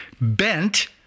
bent